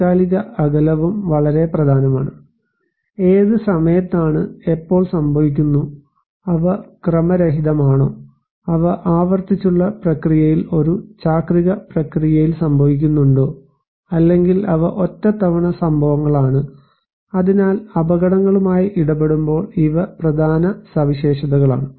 താൽക്കാലിക അകലവും വളരെ പ്രധാനമാണ് ഏത് സമയത്താണ് എപ്പോൾ സംഭവിക്കുന്നു അവ ക്രമരഹിതമാണോ അവ ആവർത്തിച്ചുള്ള പ്രക്രിയയിൽ ഒരു ചാക്രിക പ്രക്രിയയിൽ സംഭവിക്കുന്നുണ്ടോ അല്ലെങ്കിൽ അവ ഒറ്റത്തവണ സംഭവങ്ങളാണ് അതിനാൽ അപകടങ്ങളുമായി ഇടപെടുമ്പോൾ ഇവ പ്രധാന സവിശേഷതകളാണ്